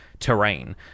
terrain